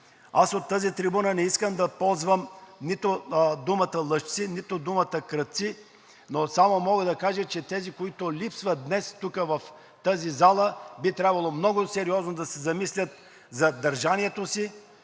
От тази трибуна не искам да ползвам нито думата „лъжци“, нито думата „крадци“, но само мога да кажа, че тези, които липсват днес тук в тази зала, би трябвало много сериозно да се замислят за държанието си,